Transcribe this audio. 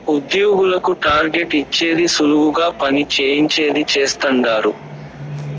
ఉద్యోగులకు టార్గెట్ ఇచ్చేది సులువుగా పని చేయించేది చేస్తండారు